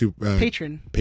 Patron